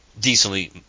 decently